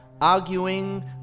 arguing